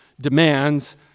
demands